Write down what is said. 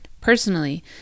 Personally